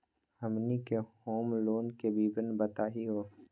हमनी के home loan के विवरण बताही हो?